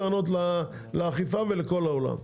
אנחנו נשב עוד שלוש שנים והם יבואו באותן טענות לאכיפה ולכל העולם.